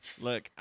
Look